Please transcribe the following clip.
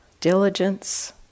diligence